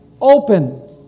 open